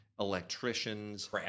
electricians